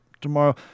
tomorrow